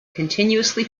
continuously